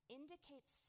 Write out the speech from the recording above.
indicates